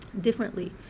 differently